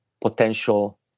potential